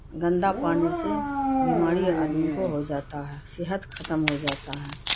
گندا پانی سے بیماری آدمی کو ہو جاتا ہے صحت ختم ہو جاتا ہے